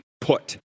put